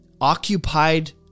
occupied